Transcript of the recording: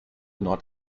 not